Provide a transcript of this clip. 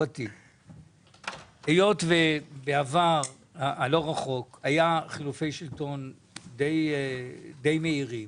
היות ובעבר הלא רחוק היה חילופי שילטון די מהירים